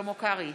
שלמה קרעי,